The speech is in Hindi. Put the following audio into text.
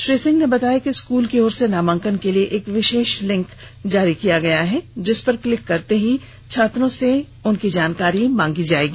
श्रीसिंह ने बताया कि स्कूल की ओर से नामांकन के लिए एक विशेष लिंक जारी किया गया है जिसपर क्लिक करते ही छात्रों से उनकी जानकारी मांगी जाएगी